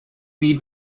need